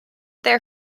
their